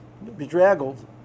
Bedraggled